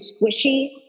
squishy